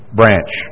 branch